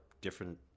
different